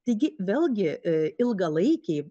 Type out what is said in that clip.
taigi vėlgi ilgalaikiai